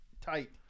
tight